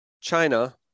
China